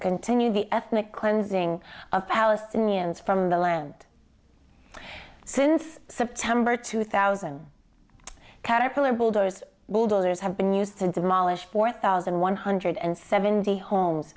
continue the ethnic cleansing of palestinians from the land since september two thousand caterpillar bulldozers bulldozers have been used to demolish four thousand one hundred and seventy homes